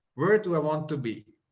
where do i want to be?